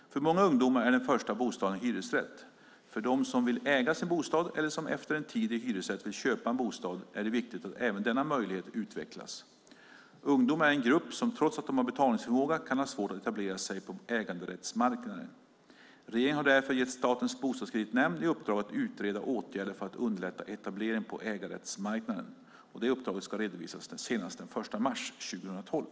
För många ungdomar är den första bostaden en hyresrätt. För dem som vill äga sin bostad eller som efter en tid i hyresrätt vill köpa en bostad är det viktigt att även denna möjlighet utvecklas. Ungdomar är en grupp som trots betalningsförmåga kan ha svårt att etablera sig på ägarrättsmarknaden. Regeringen har därför gett Statens bostadskreditnämnd i uppdrag att utreda åtgärder för att underlätta etablering på ägarrättsmarknaden. Uppdraget ska redovisas senast den 1 mars 2012.